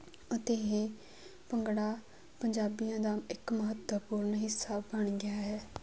ਅਤੇ ਇਹ ਭੰਗੜਾ ਪੰਜਾਬੀਆਂ ਦਾ ਇੱਕ ਮਹੱਤਵਪੂਰਨ ਹਿੱਸਾ ਬਣ ਗਿਆ ਹੈ